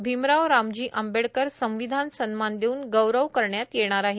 भीमराव रामजी आंबेडकर संविधान सन्मान देऊन गौरव करण्यात येणार आहे